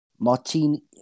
martini